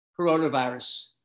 coronavirus